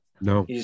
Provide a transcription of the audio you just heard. No